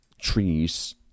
trees